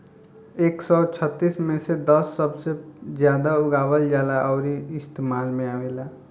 एक सौ छत्तीस मे से दस सबसे जादा उगावल जाला अउरी इस्तेमाल मे आवेला